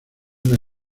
una